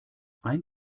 ein